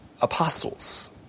apostles